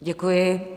Děkuji.